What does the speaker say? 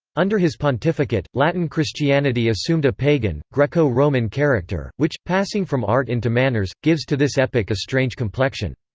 under his pontificate, latin christianity assumed a pagan, greco-roman character, which, passing from art into manners, gives to this epoch a strange complexion.